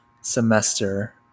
semester